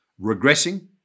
regressing